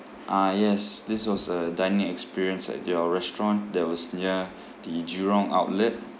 ah yes this was a dining experience at your restaurant that was near the jurong outlet